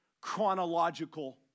chronological